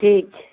ठीक